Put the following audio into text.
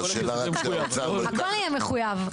הכול יהיה מחויב.